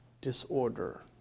disorder